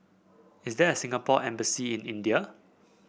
is there a Singapore Embassy in India